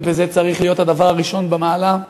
וזה צריך להיות הדבר הראשון במעלה.